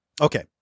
okay